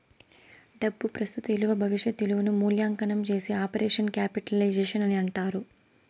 డబ్బు ప్రస్తుత ఇలువ భవిష్యత్ ఇలువను మూల్యాంకనం చేసే ఆపరేషన్ క్యాపిటలైజేషన్ అని అంటారు